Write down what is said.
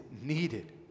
needed